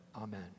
Amen